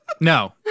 No